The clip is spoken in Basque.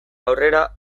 aurrera